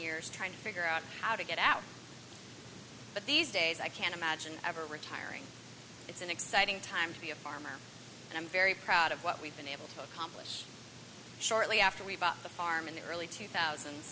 years trying to figure out how to get out but these days i can't imagine ever retiring it's an exciting time to be a farmer and i'm very proud of what we've been able to accomplish shortly after we bought the farm in the early two thousand